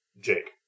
Jake